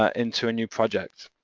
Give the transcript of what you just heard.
ah into a new project